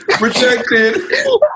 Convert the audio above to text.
Rejected